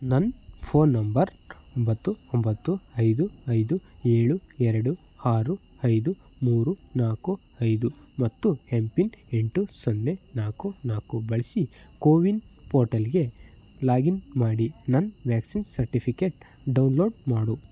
ನನ್ನ phone number ಒಂಬತ್ತು ಒಂಬತ್ತು ಐದು ಐದು ಏಳು ಎರಡು ಆರು ಐದು ಮೂರು ನಾಲ್ಕು ಐದು ಮತ್ತು ಎಂ ಪಿನ್ ಎಂಟು ಸೊನ್ನೆ ನಾಲ್ಕು ನಾಲ್ಕು ಬಳಸಿ ಕೋವಿನ್ ಪೋರ್ಟಲ್ಗೆ ಲಾಗಿನ್ ಮಾಡಿ ನನ್ನ ವ್ಯಾಕ್ಸಿನ್ ಸರ್ಟಿಫಿಕೇಟ್ ಡೌನ್ಲೋಡ್ ಮಾಡು